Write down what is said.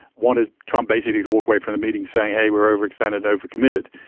wanted trump basically to walk away from the meeting saying, hey, we're overextended, overcommitted.